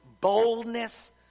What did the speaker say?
boldness